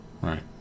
Right